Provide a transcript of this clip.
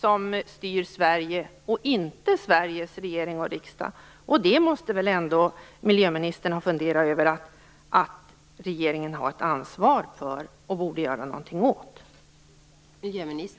som styr Sverige och inte Sveriges regering och riksdag. Miljöministern måste väl ändå ha funderat över att regeringen har ett ansvar för att göra något åt detta.